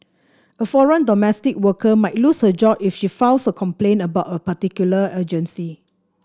a foreign domestic worker might lose her job if she files a complaint about a particular agency